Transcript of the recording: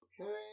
Okay